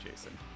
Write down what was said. jason